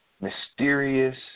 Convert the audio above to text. mysterious